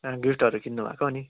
गिफ्टहरू किन्नु भएको अनि